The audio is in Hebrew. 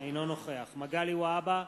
אינו נוכח מגלי והבה,